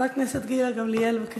חברת הכנסת גילה גמליאל, בבקשה.